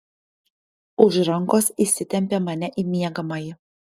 už rankos įsitempė mane į miegamąjį